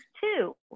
two